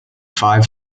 five